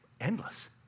endless